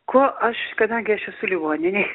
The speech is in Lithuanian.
ko aš kadangi aš esu ligoninėj